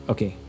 Okay